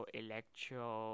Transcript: electro